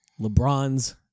LeBron's